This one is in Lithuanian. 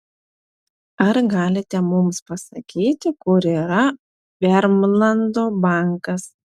ar galite mums pasakyti kur yra vermlando bankas